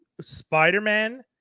Spider-Man